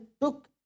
took